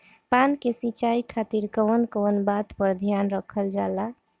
धान के सिंचाई खातिर कवन कवन बात पर ध्यान रखल जा ला?